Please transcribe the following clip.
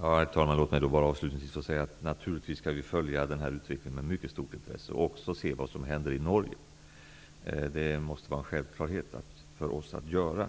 Herr talman! Låt mig avslutningsvis säga att regeringen naturligtvis följer denna utveckling med mycket stort intresse och att vi också skall se till vad som händer i Norge. Det måste vara en självklarhet för oss att göra